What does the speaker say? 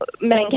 men